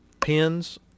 pins